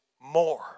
more